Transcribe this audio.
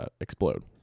explode